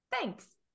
Thanks